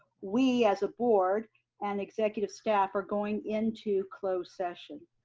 we as a board and executive staff are going into closed session.